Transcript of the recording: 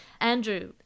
Andrew